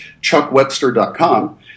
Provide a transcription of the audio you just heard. chuckwebster.com